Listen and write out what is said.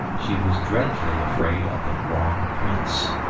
she was dreadfully afraid of the wrong prince.